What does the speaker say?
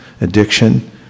addiction